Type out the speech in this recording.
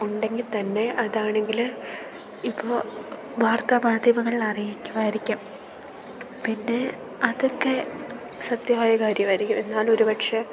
ഉണ്ടെങ്കിൽ തന്നെ അതാണെങ്കിൽ ഇപ്പം വാർത്താ മാധ്യമങ്ങളിൽ അറിയിക്കുമായിരിക്കാം പിന്നെ അതൊക്കെ സത്യമായ കാര്യമായിരിക്കും എന്നാലും ഒരു പക്ഷെ